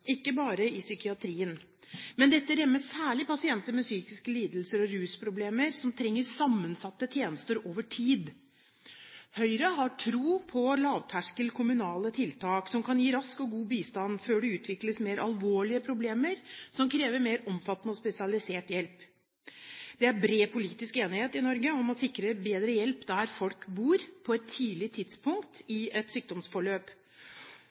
ikke bare i psykiatrien. Men dette rammer særlig pasienter med psykiske lidelser og rusproblemer som trenger sammensatte tjenester over tid. Høyre har tro på lavterskel kommunale tiltak som kan gi rask og god bistand før det utvikles mer alvorlige problemer som krever mer omfattende og spesialisert hjelp. Det er bred politisk enighet i Norge om å sikre bedre hjelp der folk bor, på et tidlig tidspunkt i et sykdomsforløp.